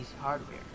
hardware